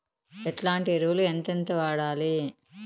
ఎట్లాంటి ఎరువులు ఎంతెంత వాడాలి?